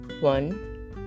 One